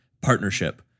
partnership